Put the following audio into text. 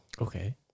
Okay